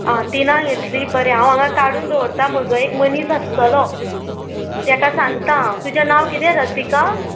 आं तिनाक येतली बरें हांव हांगा काडून दवरतां म्हजो एक मनीस आसतलो ताका सांगता हांव तुजें नांव किदें रसिका